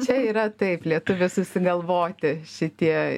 čia yra taip lietuvių susigalvoti šitie